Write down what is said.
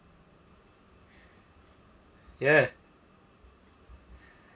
ya